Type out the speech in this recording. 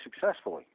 successfully